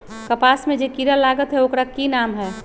कपास में जे किरा लागत है ओकर कि नाम है?